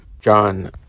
John